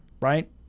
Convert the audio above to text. right